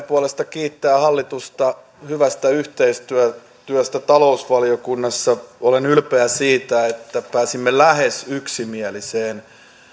puolesta kiittää hallitusta hyvästä yhteistyöstä talousvaliokunnassa olen ylpeä siitä että pääsimme lähes yksimieliseen